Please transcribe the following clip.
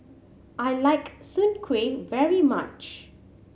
I like soon kway very much